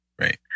right